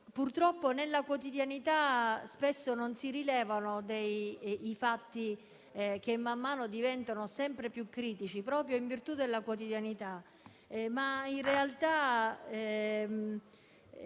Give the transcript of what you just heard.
Purtroppo nella quotidianità spesso non si rilevano i fatti che man mano diventano sempre più critici, proprio in virtù della loro quotidianità. In realtà